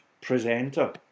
presenter